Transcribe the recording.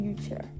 future